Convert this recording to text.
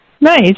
Nice